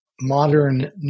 modern